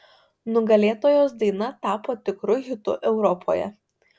nugalėtojos daina tapo tikru hitu europoje